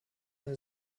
eine